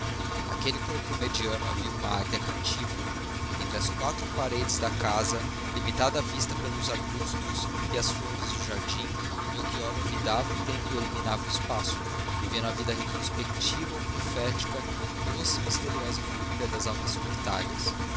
naquele corpo mediano havia uma águia cativa entre as quatro paredes da casa limitada a vista pelos arbustos e as flores do jardim melchior olvidava o tempo e eliminava o espaço vivendo a vida retrospectiva ou profética doce e misteriosa volúpia das almas solitárias